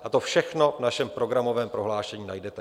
A to všechno v našem programovém prohlášení najdete.